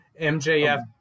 MJF